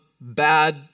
bad